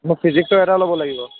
মোৰ ফিজিক্সৰ এটা ল'ব লাগিব